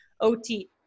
ot